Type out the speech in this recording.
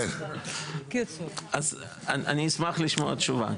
אז אני אשמח לשמוע תשובה,